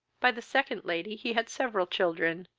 by the second lady, he had several children,